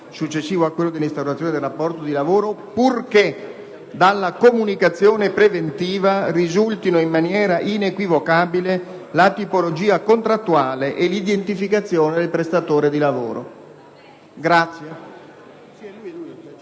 successivo a quello dell'instaurazione del rapporto di lavoro, purché dalla comunicazione preventiva risultino in maniera inequivocabile la tipologia contrattuale e l'identificazione del prestatore di lavoro.".».